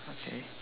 okay